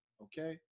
Okay